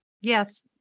Yes